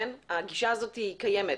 הגישה הזאת קיימת.